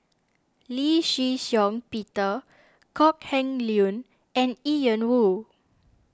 Lee Shih Shiong Peter Kok Heng Leun and Ian Woo